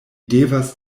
devas